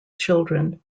children